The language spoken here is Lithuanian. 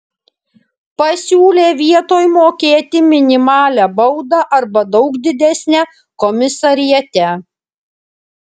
pasiūlė vietoj mokėti minimalią baudą arba daug didesnę komisariate